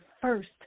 first